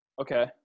Okay